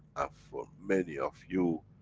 for many of you,